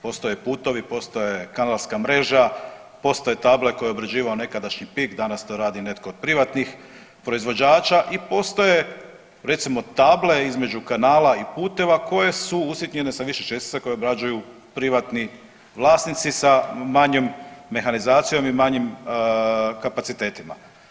Postoje putevi, postoje kanalska mreža, postoje table tko je obrađivao nekadašnji PIK danas to radi netko od privatnih proizvođača i postoje recimo table između kanala i puteva koje su usitnjene sa više čestica koje obrađuju privatni vlasnici sa manjom mehanizacijom i manjim kapacitetima.